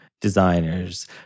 designers